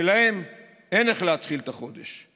ולהם אין איך להתחיל את החודש.